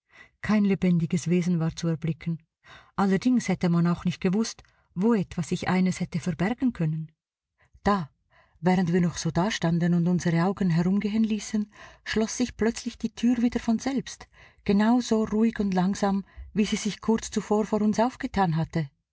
kein lebendiges wesen war zu erblicken allerdings hätte man auch nicht gewußt wo etwa sich eines hätte verbergen können da während wir noch so dastanden und unsere augen herumgehen ließen schloß sich plötzlich die tür wieder von selbst genau so ruhig und langsam wie sie sich kurz zuvor vor uns aufgetan hatte